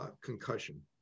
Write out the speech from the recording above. concussion